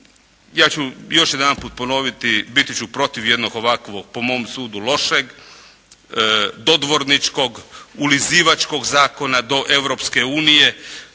Ja ću još jedanput ponoviti, biti ću protiv jednog ovakvog, po mom sudu lošeg, dodvorničkog, ulizivačkog zakona do Europske unije.